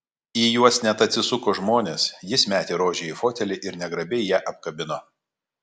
į juos net atsisuko žmonės jis metė rožę į fotelį ir negrabiai ją apkabino